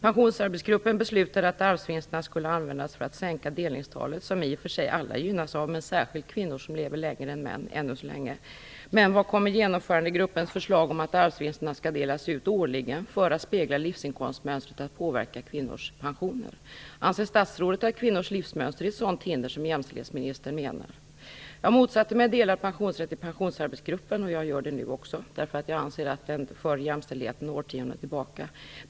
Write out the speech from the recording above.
Pensionsarbetsgruppen beslutade att arvsvinsterna skulle användas för att sänka delningstalet, vilket i och för sig alla, men särskilt kvinnor som lever längre än män, gynnas av ännu så länge. Hur kommer Genomförandegruppens förslag om att arvsvinsterna skall delas ut årligen för att spegla livsinkomstmönstret att påverka kvinnors pensioner? Anser statsrådet att kvinnors livsmönster är ett sådant hinder som jämställdhetsministern menar? Jag motsatte mig förslaget om delad pensionsrätt i Pensionsarbetsgruppen, och jag gör det nu också. Jag anser att det för jämställdheten årtionden tillbaka.